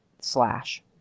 slash